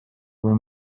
või